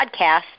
podcast